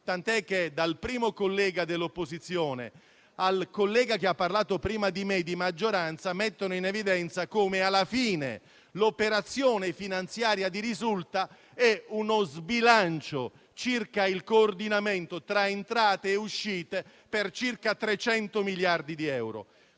evidenza, dal primo collega dell'opposizione al collega che ha parlato prima di me di maggioranza, come alla fine l'operazione finanziaria di risulta sia uno sbilancio circa il coordinamento tra entrate e uscite per circa 300 miliardi di euro.